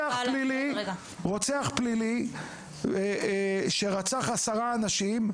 רוצח פלילי שרצח עשרה אנשים,